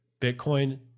Bitcoin